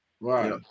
Right